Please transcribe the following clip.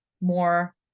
more